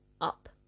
up